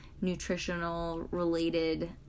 nutritional-related